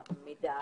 תשתיות.